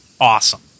awesome